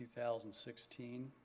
2016